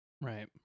Right